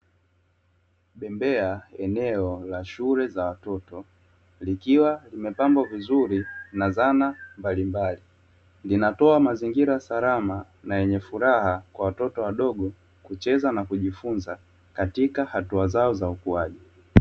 Bembea eneo la shule za watoto likiwa limepambwa vizuri na zana mbalimbali, linatoa mazingira salama na yenye furaha kwa watoto wadogo kucheza na kujifunza katika hatua zao za ukuaji.